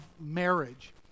marriage